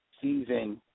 season